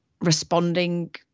responding